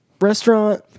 restaurant